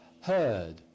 heard